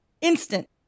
instant